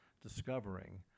discovering